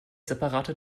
separate